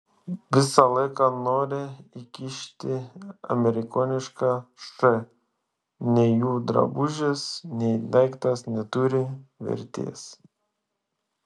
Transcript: visą laiką nori įkišti amerikonišką š nei jų drabužis nei daiktas neturi vertės